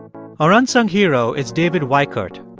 our unsung hero is david weikart.